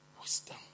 wisdom